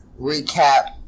recap